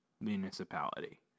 municipality